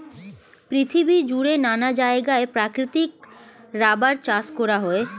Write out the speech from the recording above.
পৃথিবী জুড়ে নানা জায়গায় প্রাকৃতিক রাবার চাষ করা হয়